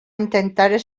intentar